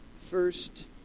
first